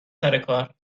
سرکار